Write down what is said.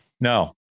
No